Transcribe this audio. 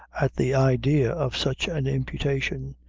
at the idea of such an imputation.